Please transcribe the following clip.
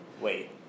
Wait